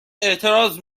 اعتراض